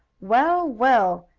well, well,